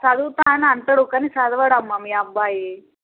చదువుతా అనంటాడు కానీ చదవడు అమ్మ మీ అబ్బాయి